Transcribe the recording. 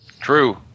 True